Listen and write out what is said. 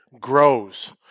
grows